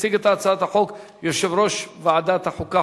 יציג את הצעת החוק יושב-ראש ועדת החוקה,